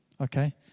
okay